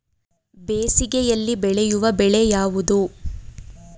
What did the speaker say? ಬೇಸಿಗೆಯಲ್ಲಿ ಬೆಳೆಯುವ ಬೆಳೆ ಯಾವುದು?